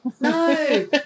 No